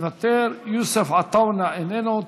מוותר, יוסף עטאונה, איננו.